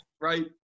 right